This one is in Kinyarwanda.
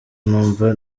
numva